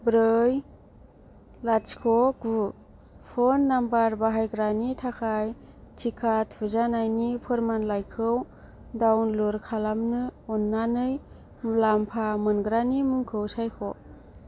ब्रै लाथिख' गु फन नाम्बर बाहायग्रानि थाखाय टिका थुजानायनि फोरमानलाइखौ डाउनलड खालामनो अननानै मुलामफा मोनग्रानि मुंखौ सायख'